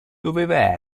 doveva